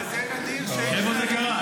זה כזה נדיר --- איפה זה קרה?